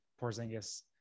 Porzingis